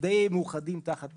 שדי מאוחדים תחת